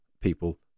people